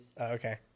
okay